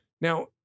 Now